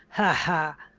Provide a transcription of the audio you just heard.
ha ha!